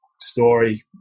story